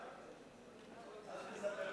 אל תסבך אותי.